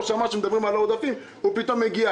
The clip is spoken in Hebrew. הוא שמע שמדברים על העודפים והוא פתאום הגיע.